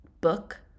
book